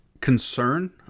concern